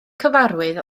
cyfarwydd